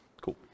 Cool